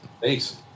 thanks